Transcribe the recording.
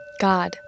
God